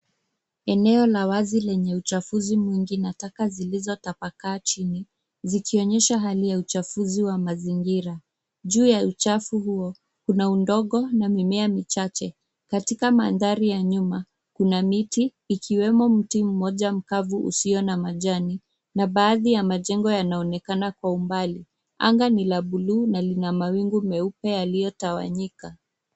Eneo la wazi lenye uchafuzi mwingi na taka zilizotapakaa chini, zikionyesha hali ya uchafuzi wa mazingira. Juu ya uchafu huo, kuna udongo na mimea michache. Katika mandhari ya nyuma, kuna miti ikiwemo mti moja mkavu usiyo na majani na baadhi ya majengo yanaonekana kwa umbali. Anga ni la buluu na lina mawingu meupe yaliyotawanyika.